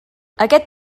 aquest